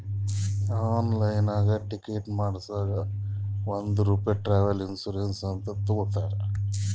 ಆನ್ಲೈನ್ನಾಗ್ ಟಿಕೆಟ್ ಮಾಡಸಾಗ್ ಒಂದ್ ರೂಪೆ ಟ್ರಾವೆಲ್ ಇನ್ಸೂರೆನ್ಸ್ ಅಂತ್ ತಗೊತಾರ್